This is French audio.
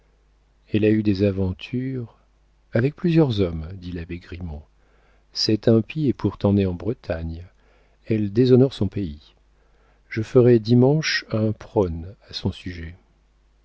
elle a eu des aventures avec plusieurs hommes dit l'abbé grimont cette impie est pourtant née en bretagne elle déshonore son pays je ferai dimanche un prône à son sujet